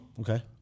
Okay